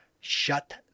shut